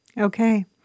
Okay